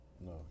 No